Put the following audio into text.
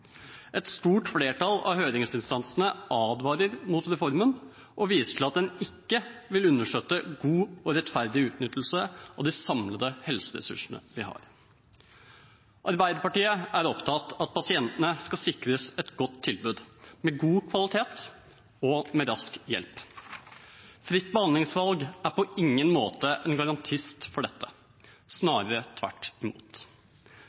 Et stort flertall av høringsinstansene advarer mot reformen og viser til at den ikke vil understøtte god og rettferdig utnyttelse av de samlede helseressursene vi har. Arbeiderpartiet er opptatt av at pasientene skal sikres et godt tilbud med god kvalitet og med rask hjelp. Fritt behandlingsvalg er på ingen måte en garantist for dette, snarere tvert imot.